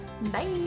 Bye